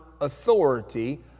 authority